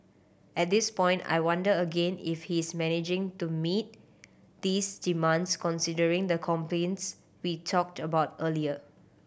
at this point I wonder again if he's managing to meet these demands considering the complaints we talked about earlier